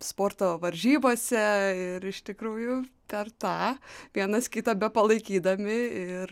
sporto varžybose ir iš tikrųjų per tą vienas kitą bepalaikydami ir